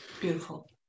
Beautiful